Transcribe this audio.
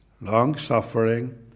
long-suffering